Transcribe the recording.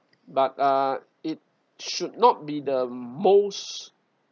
but uh it should not be the most